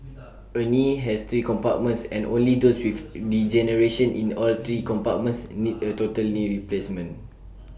A knee has three compartments and only those with degeneration in all three compartments need A total knee replacement